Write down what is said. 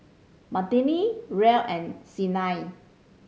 Madilynn Rhea and Sienna